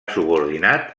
subordinat